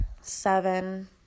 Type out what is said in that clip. seven